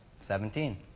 Seventeen